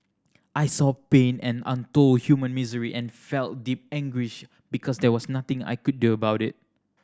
I saw pain and untold human misery and felt deep anguish because there was nothing I could do about it